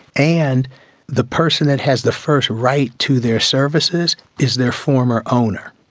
and the person that has the first right to their services is their former owner.